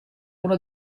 uno